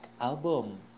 album